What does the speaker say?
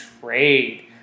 trade